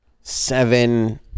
seven